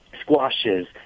squashes